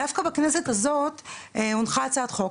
דווקא בכנסת הזאת הונחה הצעת חוק